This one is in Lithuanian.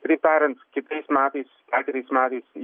kitaip tariant kitais metais dar kitais metais